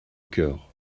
coeur